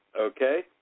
Okay